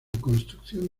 construcción